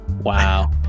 Wow